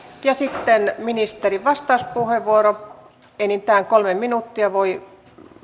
ja sitten ministerin vastauspuheenvuoro enintään kolme minuuttia voi